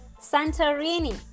Santorini